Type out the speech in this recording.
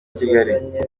kigali